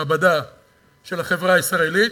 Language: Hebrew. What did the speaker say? מעבדה של החברה הישראלית,